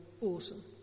awesome